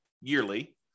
yearly